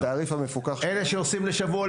אלה שעושים לשבוע,